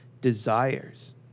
desires